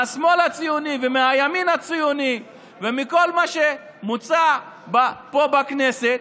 מהשמאל הציוני ומהימין הציוני ומכל מה שמוצע פה בכנסת.